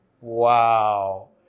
Wow